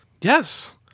yes